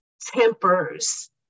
tempers